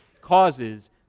causes